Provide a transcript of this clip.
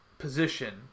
position